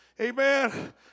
Amen